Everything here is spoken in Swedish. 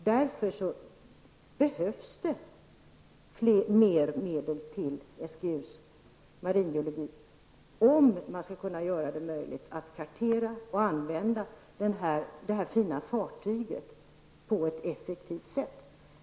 Därför behövs det mer medel till SGUs maringeologi, om man skall kunna göra det möjligt att kartera och använda det fina fartyget på ett effektivt sätt.